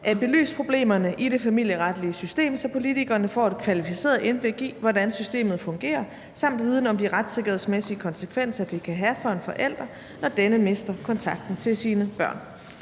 at belyse problemerne i det familieretlige system, så politikerne får et kvalificeret indblik i, hvordan systemet fungerer, samt viden om de retssikkerhedsmæssige konsekvenser, det kan have for en forælder, når denne mister kontakten til sine børn.«